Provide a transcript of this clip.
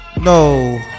No